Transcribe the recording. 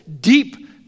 deep